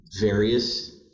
various